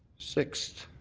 sixth.